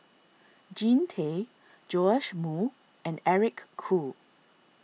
Jean Tay Joash Moo and Eric Khoo